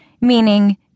meaning